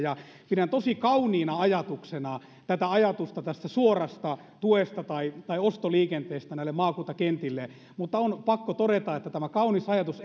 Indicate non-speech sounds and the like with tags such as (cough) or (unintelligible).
pidän tosi kauniina ajatuksena tätä ajatusta suorasta tuesta tai tai ostoliikenteestä näille maakuntakentille mutta on pakko todeta että tämä kaunis ajatus (unintelligible)